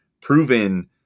proven